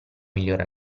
migliore